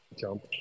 Jump